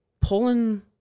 pulling